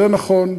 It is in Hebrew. זה נכון.